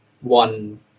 one